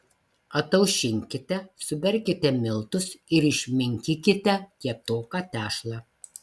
ataušinkite suberkite miltus ir išminkykite kietoką tešlą